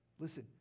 Listen